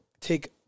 take